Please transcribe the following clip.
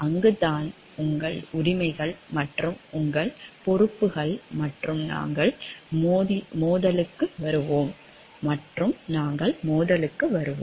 அங்குதான் உங்கள் உரிமைகள் மற்றும் உங்கள் பொறுப்புகள் மற்றும் நாங்கள் மோதலுக்கு வருவோம்